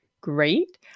great